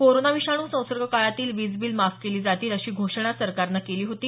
corona विषाणू संसर्ग काळातील विज बिल माफ केली जातील अशी घोषणा सरकारनं केली होती